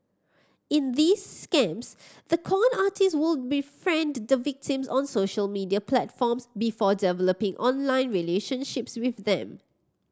in these scams the con artist would befriend the victims on social media platforms before developing online relationships with them